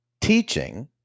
teaching